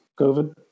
COVID